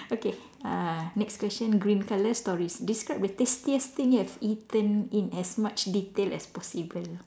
okay uh next question green colour stories describe the tastiest thing you have eaten in as much detail as possible